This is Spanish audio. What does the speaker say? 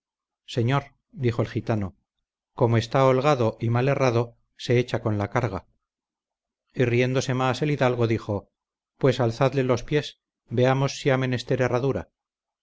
señor dijo el gitano como está holgado y mal herrado se echa con la carga y riéndose más el hidalgo dijo pues alzadle los pies veamos si ha menester herradura